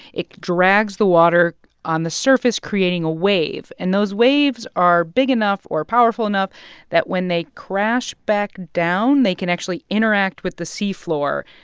it drags the water on the surface, creating a wave. and those waves are big enough or powerful enough that when they crash back down, they can actually interact with the seafloor,